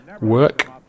work